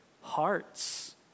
hearts